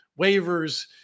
waivers